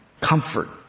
comfort